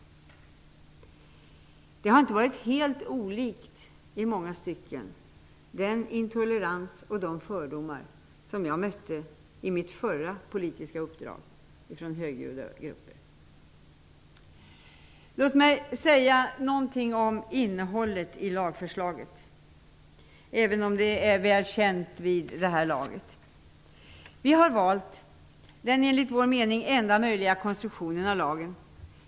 Denna intolerans har inte varit helt olik den som jag mötte från högljudda grupper i mitt förra politiska uppdrag. Låt mig säga någonting om innehållet i lagförslaget, även om det är väl känt vid det här laget. Vi har valt den, enligt vår mening, enda möjliga konstruktionen av lagen.